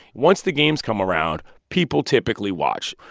once the games come around, people typically watch.